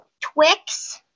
Twix